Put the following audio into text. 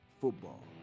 football